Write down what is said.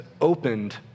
opened